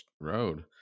road